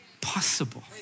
possible